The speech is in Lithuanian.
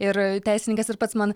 ir teisininkas ir pats man